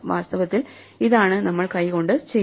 വാസ്തവത്തിൽ ഇതാണ് നമ്മൾ കൈകൊണ്ട് ചെയ്യുന്നത്